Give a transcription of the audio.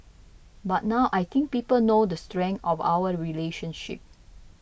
but now I think people know the strength of our relationship